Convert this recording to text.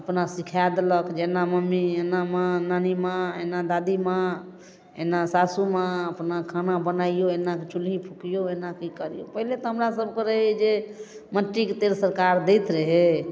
अपना सिखा देलक जे एना मम्मी एना माँ नानीमाँ एना दादीमाँ एना सासुमाँ अपना खाना बनैओ एनाकऽ चुल्हि फुकिऔ एनाकऽ ई करिऔ पहिले तऽ हमरासबके रहै जे मट्टीके तेल सरकार दैत रहै